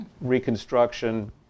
Reconstruction